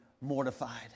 mortified